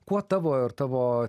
kuo tavo ir tavo